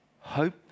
hope